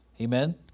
Amen